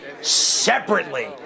separately